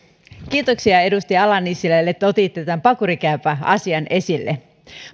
kiitoksia edustaja ala nissilälle että otitte tämän pakurikääpäasian esille